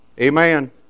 Amen